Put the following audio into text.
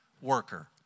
worker